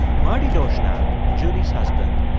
marty doerschlag, julie's husband,